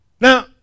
Now